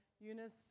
Eunice